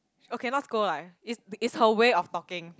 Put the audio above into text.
okay not scold lah is is her way of talking